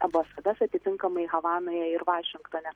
ambasadas atitinkamai havanoje ir vašingtone